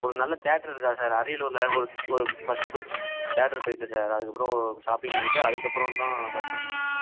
ஒரு நல்ல தேட்டர் இருக்கா சார் அரியலூரில் ஒரு ஒரு ஃபஸ்ட்டு போய் தேட்டருக்கு போயிட்டு சார் அதுக்கப்புறம் ஷாப்பிங் பண்ணிகிட்டு அதுக்கப்புறம் தான் பஸ் ஸ்டாண்ட் போகணும் சார்